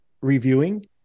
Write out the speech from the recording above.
reviewing